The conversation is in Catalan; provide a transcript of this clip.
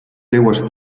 seues